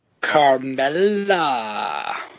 Carmella